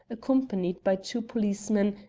accompanied by two policemen,